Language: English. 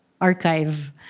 archive